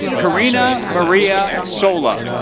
karina maria sola.